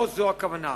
לא זאת הכוונה.